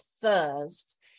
first